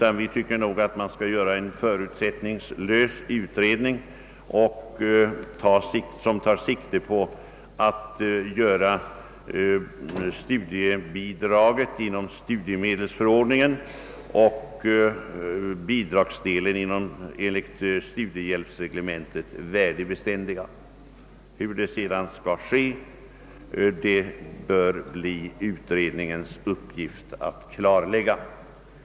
Vi reservanter anser att det skall genomföras en förutsättningslös utredning, som tar sikte på att göra studiebidraget inom studiemedelsförordningen och bidragsdelen enligt studiehjälpsreglementet värdebeständiga. Hur detta skall ske bör bli utredningens uppgift att klarlägga.